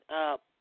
up